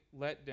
letdown